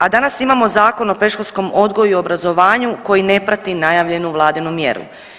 A danas imamo Zakon o predškolskom odgoju i obrazovanju koji ne prati najavljenu vladinu mjeru.